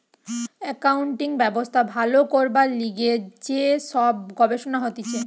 accounting ব্যবস্থা ভালো করবার লিগে যে সব গবেষণা হতিছে